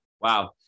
wow